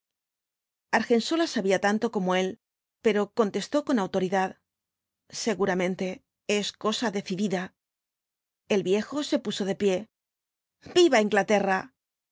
argensola sabía tanto como él pero contestó con autoridad seguramente es cosa decidida el viejo se puso de pie viva inglaterra